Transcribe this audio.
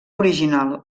original